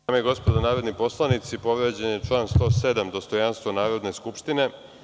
Dame i gospodo narodni poslanici, povređen je član 107. - dostojanstvo Narodne skupštine.